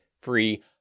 free